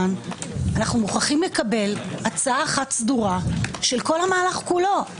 אנו מוכרחים לקבל הצעה אחת סדורה של כל המהלך כולו.